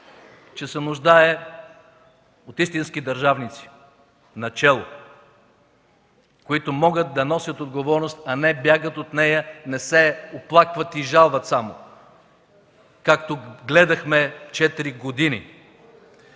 че се нуждае от истински държавници начело, които могат да носят отговорност, а не бягат от нея, не се оплакват и жалват само, както гледахме четири години.